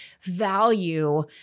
value